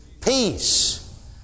Peace